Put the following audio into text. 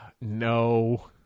No